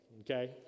okay